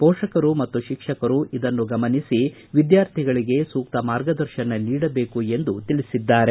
ಪೋಷಕರು ಮತ್ತು ಶಿಕ್ಷಕರು ಇದನ್ನು ಗಮನಿಸಿ ವಿದ್ಯಾರ್ಥಿಗಳಿಗೆ ಸೂಕ್ತ ಮಾರ್ಗದರ್ತನ ನೀಡಬೇಕು ಎಂದು ತಿಳಿಸಿದ್ದಾರೆ